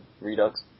Redux